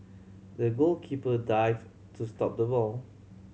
the goalkeeper dive to stop the ball